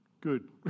Good